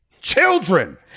children